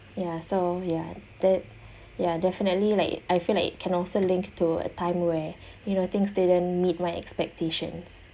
ya so ya de~ ya definitely like I feel like it can also linked to a time where you know things didn't meet my expectations